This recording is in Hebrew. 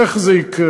איך זה יקרה,